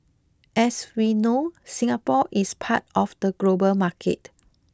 as we know Singapore is part of the global market